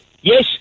Yes